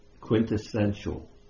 Quintessential